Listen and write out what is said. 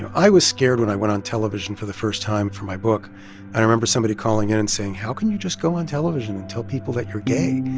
and i was scared when i went on television for the first time for my book. and i remember somebody calling in and saying, how can you just go on television and tell people that you're gay?